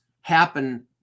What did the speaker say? happen